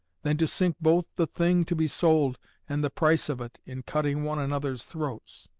than to sink both the thing to be sold and the price of it in cutting one another's throats.